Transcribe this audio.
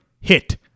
hit